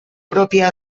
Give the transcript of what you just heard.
propia